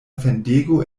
fendego